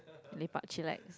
lepak chillax